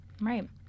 Right